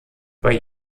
bei